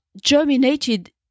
germinated